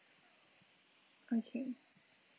okay